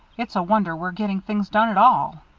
it's a wonder we're getting things done at all.